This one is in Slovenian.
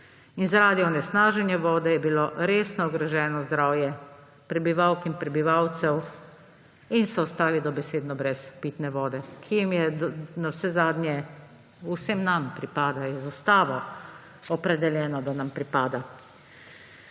zaradi onesnaženja vode je bilo resno ogroženo zdravje prebivalk in prebivalcev in so ostali dobesedno brez pitne vode, ki jim navsezadnje pripada; vsem nam pripada, je z ustavo opredeljeno, da nam pripada.